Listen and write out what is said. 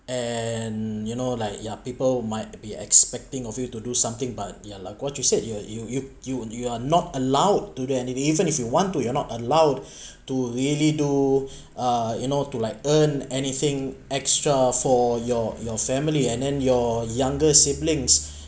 and you know like yeah people might be expecting of you to do something but ya like what you said you're you you you on you are not allowed to do anything even if you want to you're not allowed to really do uh you know to like earn anything extra for your your family and then your younger siblings